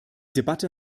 debatte